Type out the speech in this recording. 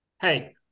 Hey